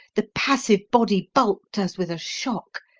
the passive body bulked as with a shock,